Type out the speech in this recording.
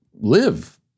live